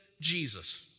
Jesus